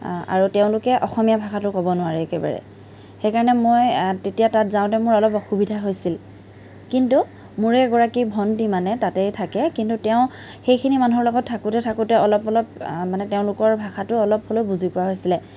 আৰু তেওঁলোকে অসমীয়া ভাষাটো ক'ব নোৱাৰে একেবাৰে সেইকাৰণে মই তেতিয়া তাত যাওঁতে মোৰ অলপ অসুবিধা হৈছিল কিন্তু মোৰে এগৰাকী ভণ্টি মানে তাতেই থাকে কিন্তু তেওঁ সেইখিনি মানুহৰ লগত থাকোঁতে থাকোঁতে অলপ অলপ মানে তেওঁলোকৰ ভাষাটো অলপ অলপ বুজি পোৱা হৈছিল